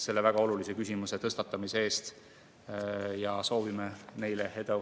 selle väga olulise küsimuse tõstatamise eest. Ja soovime neile edu